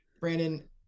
Brandon